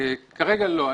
כרגע לא.